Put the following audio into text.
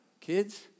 Kids